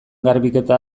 garbiketa